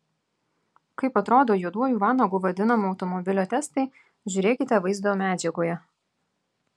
kaip atrodo juoduoju vanagu vadinamo automobilio testai žiūrėkite vaizdo medžiagoje